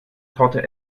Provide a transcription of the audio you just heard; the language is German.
torte